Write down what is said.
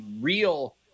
real